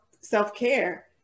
self-care